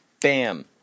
Bam